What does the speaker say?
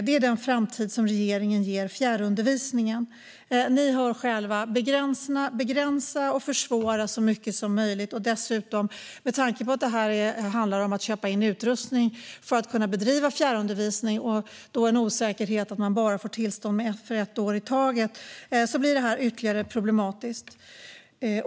Det är den framtid som regeringen ger fjärrundervisningen. Ni hör själva: Begränsa och försvåra så mycket som möjligt. Med tanke på att det handlar om att köpa in utrustning för att kunna bedriva fjärrundervisning och att det finns en osäkerhet i och med att man får tillstånd för bara ett år i taget blir detta ytterligare problematiskt.